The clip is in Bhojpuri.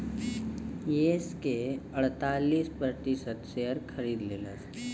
येस के अड़तालीस प्रतिशत शेअर खरीद लेलस